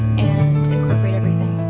and incorporate everything.